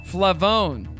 Flavone